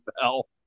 Bell